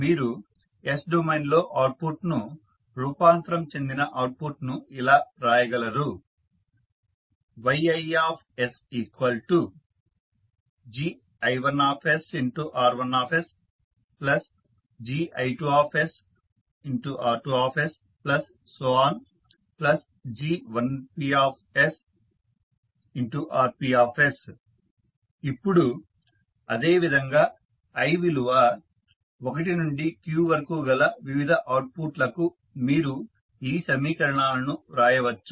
మీరు s డొమైన్లో output ను రూపాంతరం చెందిన అవుట్పుట్ ను ఇలా రాయగలరు YisGi1sR1sGi2sR2sG1psRps ఇప్పుడు అదే విధంగా i విలువ 1 నుండి q వరకు గల వివిధ అవుట్పుట్ లకు మీరు ఈ సమీకరణాలను వ్రాయవచ్చు